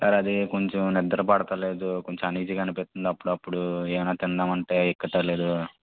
sir అది నిద్ర పట్టడం లేదు అన్ఈజీగా అనిపిస్తుంది అప్పుడు అప్పుడు ఏమైనా తిందాం అంటే ఎక్కడం లేదు